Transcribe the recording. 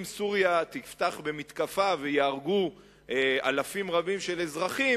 סוריה תפתח במתקפה וייהרגו אלפים רבים של אזרחים,